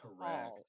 Correct